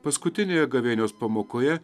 paskutinėje gavėnios pamokoje